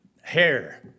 hair